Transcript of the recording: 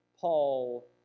Paul